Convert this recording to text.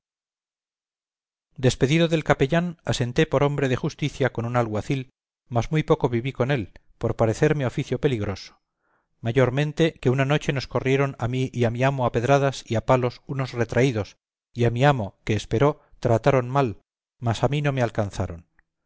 despedido del capellán asenté por hombre de justicia con un alguacil mas muy poco viví con él por parecerme oficio peligroso mayormente que una noche nos corrieron a mí y a mi amo a pedradas y a palos unos retraídos y a mi amo que esperó trataron mal mas a mí no me alcanzaron